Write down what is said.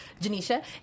Janisha